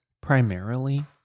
primarily